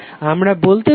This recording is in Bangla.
আমরা বলতে পারি vx3 i